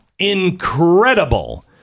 incredible